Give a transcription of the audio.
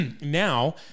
Now